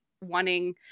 wanting